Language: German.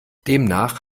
demnach